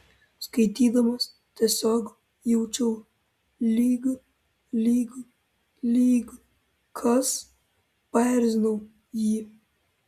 skaitydamas tiesiog jaučiau lyg lyg lyg kas paerzinau jį